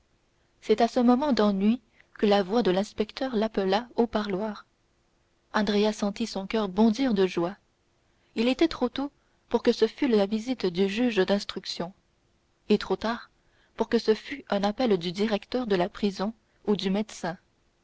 c'est à ce moment d'ennui que la voix de l'inspecteur l'appela au parloir andrea sentit son coeur bondir de joie il était trop tôt pour que ce fût la visite du juge d'instruction et trop tard pour que ce fût un appel du directeur de la prison ou du médecin